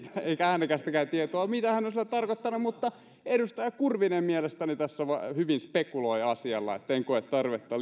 eikä äänekästäkään tietoa siitä mitä hän on sillä tarkoittanut mutta edustaja kurvinen mielestäni tässä hyvin spekuloi asialla niin että en koe tarvetta